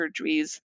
surgeries